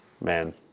man